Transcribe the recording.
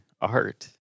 art